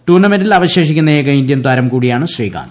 ടൂർണമെന്റിൽ അവശേഷിക്കുന്ന ഏക ഇന്ത്യൻ താരം കൂടിയാണ് ശ്രീകാന്ത്